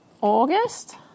August